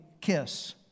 kiss